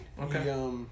Okay